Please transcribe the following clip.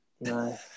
No